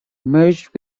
merged